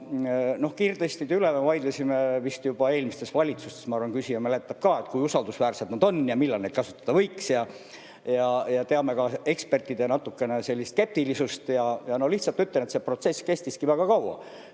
Kiirtestide üle me vaidlesime vist juba eelmistes valitsustes – ma arvan, et küsija mäletab ka –, et kui usaldusväärsed need on ja millal neid kasutada võiks. Teame ka ekspertide sellist skeptilisust. Lihtsalt ütlen, et see protsess kestiski väga kaua,